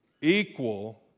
equal